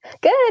Good